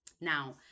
Now